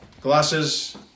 Glasses